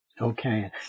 Okay